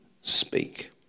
speak